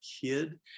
kid